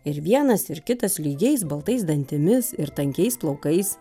ir vienas ir kitas lygiais baltais dantimis ir tankiais plaukais